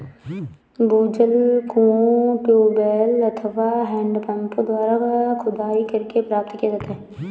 भूजल कुओं, ट्यूबवैल अथवा हैंडपम्पों द्वारा खुदाई करके प्राप्त किया जाता है